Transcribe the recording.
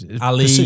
Ali